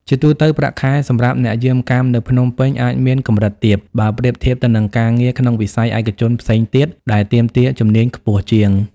ជាទូទៅ ប្រាក់ខែ សម្រាប់អ្នកយាមកាមនៅភ្នំពេញអាចមាន កម្រិតទាប បើប្រៀបធៀបទៅនឹងការងារក្នុងវិស័យឯកជនផ្សេងទៀត ដែលទាមទារជំនាញខ្ពស់ជាង។